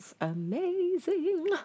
amazing